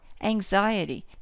Anxiety